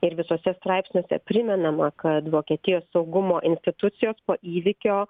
ir visuose straipsniuose primenama kad vokietijos saugumo institucijos po įvykio